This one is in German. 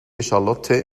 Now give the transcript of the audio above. charlotte